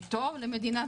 בין טרבין,